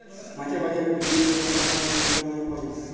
মাছের বাজারে বিভিল্য রকমের মাছ বিভিল্য হারে পাওয়া যায়